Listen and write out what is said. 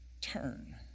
Turn